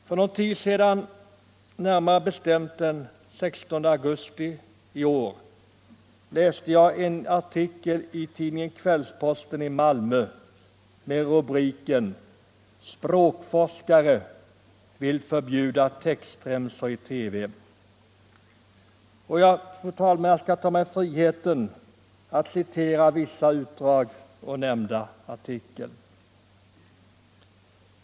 För någon tid sedan, närmare bestämt den 16 augusti i år, läste jag en artikel i tidningen Kvällsposten i Malmö med rubriken: ”Språkforskare vill förbjuda textremsorna på TV-rutan.” Fru talman! Jag skall ta mig friheten att citera vissa utdrag ur nämnda artikel.